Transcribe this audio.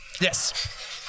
Yes